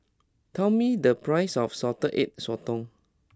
tell me the price of Salted Egg Sotong